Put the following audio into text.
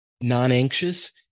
non-anxious